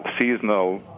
seasonal